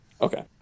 Okay